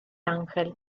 ángel